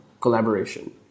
Collaboration